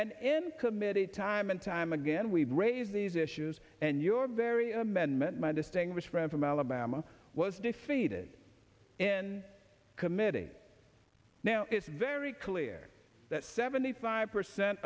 and in committee time and time again we've raised these issues and your very amendment my distinguished friend from alabama was defeated in committee now it's very clear that seventy five percent